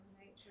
Nature